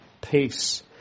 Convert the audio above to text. peace